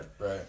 Right